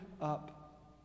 up